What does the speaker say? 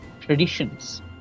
traditions